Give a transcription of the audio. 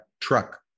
truck